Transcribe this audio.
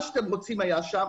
מה שאתם רוצים היה שם,